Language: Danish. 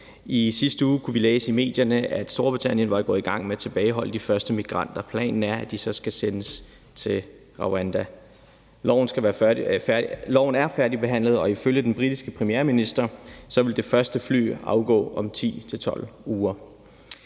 I sidste uge kunne vi læse i medierne, at Storbritannien var gået i gang med at tilbageholde de første migranter, og at planen så er, at de skal sendes til Rwanda. Loven er færdigbehandlet, og ifølge den britiske premierminister vil det første fly afgå om 10 til 12 uger.